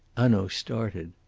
hanaud started.